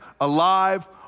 alive